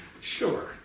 Sure